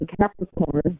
Capricorn